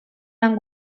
lan